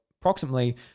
approximately